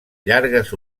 llargues